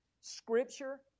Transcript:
Scripture